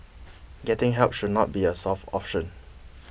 getting help should not be a soft option